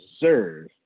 deserve